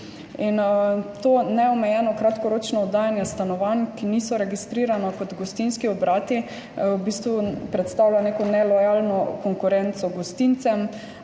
To neomejeno kratkoročno oddajanje stanovanj, ki niso registrirana kot gostinski obrati, v bistvu predstavlja neko nelojalno konkurenco gostincem.